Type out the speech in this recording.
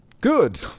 Good